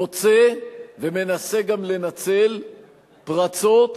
מוצא ומנסה גם לנצל פרצות,